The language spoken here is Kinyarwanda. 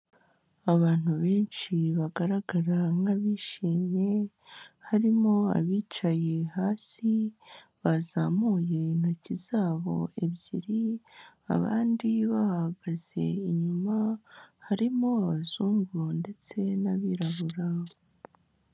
Abantu benshi bagaragara nk'abishimye harimo abicaye hasi bazamuye intoki zabo ebyiri, abandi bahagaze inyuma, harimo abazungu ndetse n'abirabura.